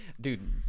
Dude